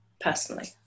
personally